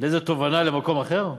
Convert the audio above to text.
איזו תובנה למקום אחר?